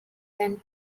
then